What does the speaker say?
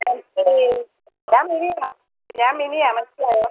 ഞാൻ മിനിയാണ് ഞാൻ മിനിയാണ് മനസ്സിലായോ